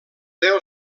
deu